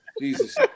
Jesus